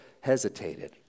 hesitated